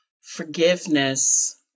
forgiveness